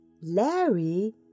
Larry